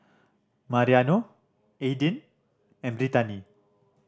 Mariano Aidyn and Brittani